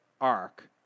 arc